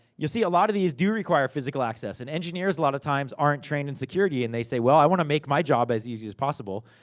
you'll see a lot of these do require physical access. and engineers, a lot of times, aren't trained in security. and they say, well, i wanna make my job as easy as possible.